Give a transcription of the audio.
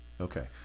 Okay